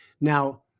Now